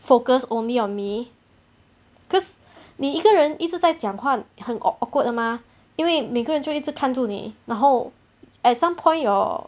focused only on me cause 你一个人一直在讲话很 awkward 的 mah 因为每个人就一直看住你然后 at some point your